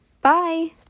Bye